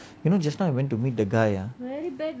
you know just now I went to meet the guy ah